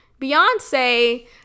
Beyonce